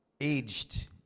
aged